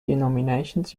denominations